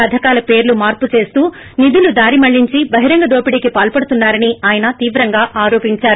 పధకాల పేర్లు మార్పు చేస్తూ నిధులు దారి మల్లించి బహిరంగ దోపిడీకి పాల్పడుతున్నా రని ఆయన తీవ్రంగా ఆరోపించారు